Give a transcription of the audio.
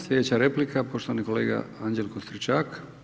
Slijedeća replika, poštovani kolega Anđelko Stričak.